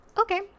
Okay